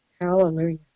Hallelujah